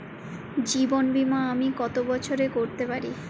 জীবন বীমা আমি কতো বছরের করতে পারি?